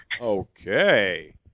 Okay